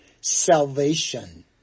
Salvation